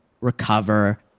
recover